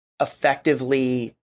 effectively